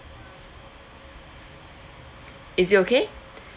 is it okay